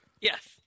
Yes